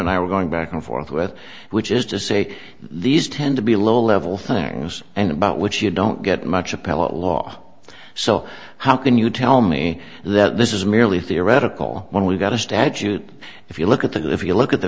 and i are going back and forth with which is to say these tend to be low level things and about which you don't get much appellate law so how can you tell me that this is merely theoretical when we've got a statute if you look at that if you look at the